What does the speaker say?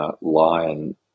Lion